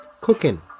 cooking